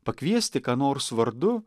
pakviesti ką nors vardu